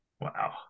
Wow